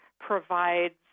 provides